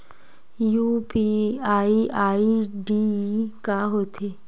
UPI ID का होथे?